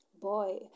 Boy